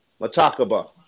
matakaba